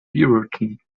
beaverton